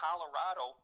Colorado